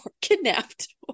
kidnapped